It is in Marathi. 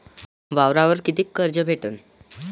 वावरावर कितीक कर्ज भेटन?